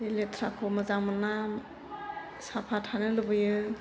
बे लेथ्राखौ मोजां मोनना साफा थानो लुबैयो